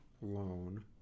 loan